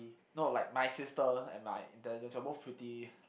no like my sister and my intelligence both pretty